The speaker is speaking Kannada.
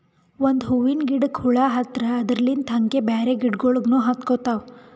ಒಂದ್ ಹೂವಿನ ಗಿಡಕ್ ಹುಳ ಹತ್ತರ್ ಅದರಲ್ಲಿಂತ್ ಹಂಗೆ ಬ್ಯಾರೆ ಗಿಡಗೋಳಿಗ್ನು ಹತ್ಕೊತಾವ್